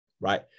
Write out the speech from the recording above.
right